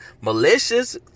malicious